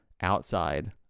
outside